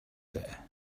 there